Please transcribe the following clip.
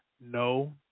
No